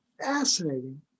fascinating